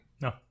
No